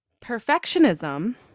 Perfectionism